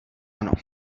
ano